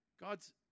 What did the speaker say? God's